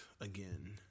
again